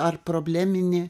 ar probleminį